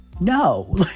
No